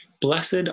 Blessed